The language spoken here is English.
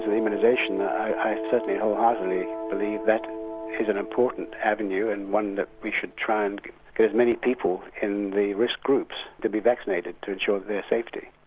immunisation i certainly wholeheartedly believe that is an important avenue and one that we should try and get as many people in the risk groups to be vaccinated, to ensure their safety.